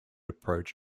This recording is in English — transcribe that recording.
approach